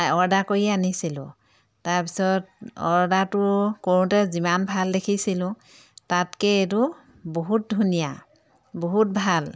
order কৰি আনিছিলোঁ তাৰপিছত অৰ্ডাৰটো কৰোঁতে যিমান ভাল দেখিছিলোঁ তাতকৈ এইটো বহুত ধুনীয়া বহুত ভাল